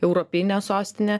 europinė sostinė